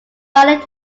violate